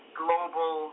global